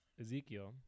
ezekiel